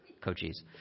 Coaches